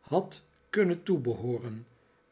had kunnen toebehooren